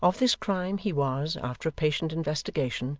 of this crime he was, after a patient investigation,